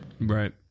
Right